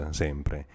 sempre